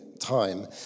time